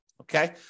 Okay